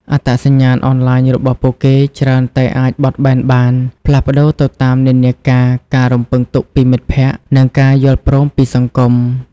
អត្តសញ្ញាណអនឡាញរបស់ពួកគេច្រើនតែអាចបត់បែនបាន ផ្លាស់ប្តូរទៅតាមនិន្នាការ ការរំពឹងទុកពីមិត្តភ័ក្តិ និងការយល់ព្រមពីសង្គម។